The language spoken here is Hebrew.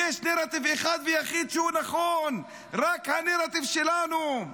יש נרטיב אחד ויחיד שהוא נכון, רק הנרטיב שלנו.